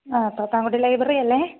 ആ പാത്താങ്കുടി ലൈബ്രറിയല്ലേ